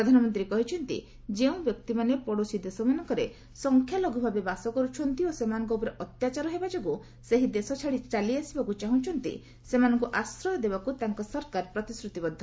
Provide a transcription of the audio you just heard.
ପ୍ରଧାନମନ୍ତ୍ରୀ କହିଛନ୍ତି ଯେଉଁବ୍ୟକ୍ତିମାନେ ପଡୋଶୀ ଦେଶମାନଙ୍କରେ ସଂଖ୍ୟାଲଘୁଭାବେ ବାସ କର୍ତ୍ଛନ୍ତି ଓ ସେମାନଙ୍କ ଉପରେ ଅତ୍ୟାଚାର ହେବା ଯୋଗୁଁ ସେହି ଦେଶ ଛାଡି ଚାଲିଆସିବାକୁ ଚାହୁଁଛନ୍ତି ସେମାନଙ୍କୁ ଆଶ୍ରୟ ଦେବାକୁ ତାଙ୍କ ସରକାର ପ୍ରତିଶ୍ରତିବଦ୍ଧ